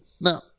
Now